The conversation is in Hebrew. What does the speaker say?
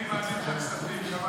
אני מעדיף לוועדת כספים.